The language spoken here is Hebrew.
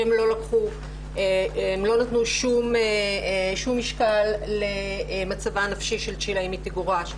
שהם לא נתנו שום משקל למצבה הנפשי של צ'ילה אם היא תגורש,